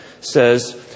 says